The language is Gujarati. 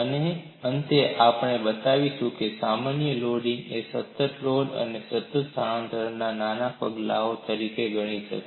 અને અંતે આપણે બતાવીશું કે સામાન્ય લોડિંગને સતત લોડ અને સતત સ્થાનાંતરણના નાના પગલાઓ તરીકે ગણી શકાય